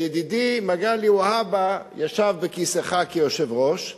ידידי מגלי והבה ישב בכיסאך כיושב-ראש,